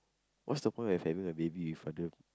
what's the point of having a baby with other